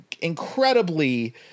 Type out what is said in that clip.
incredibly